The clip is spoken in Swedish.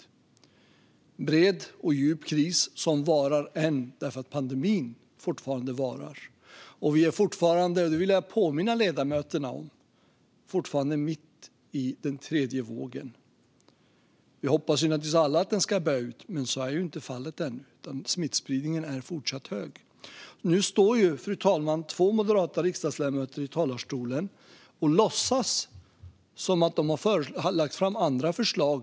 Det är en bred och djup kris som varar än därför att pandemin fortfarande varar. Vi är fortfarande, och det vill jag påminna ledamöterna om, mitt i den tredje vågen. Vi hoppas naturligtvis alla att den ska ebba ut, men så är inte fallet ännu. Smittspridningen är fortsatt hög. Nu står, fru talman, två moderata riksdagsledamöter i talarstolen och låtsas som att de har lagt fram andra förslag.